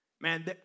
man